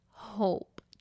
hope